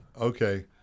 Okay